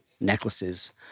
necklaces